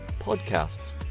podcasts